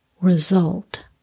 result